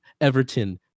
Everton